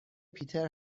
پیتر